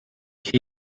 cake